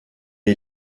est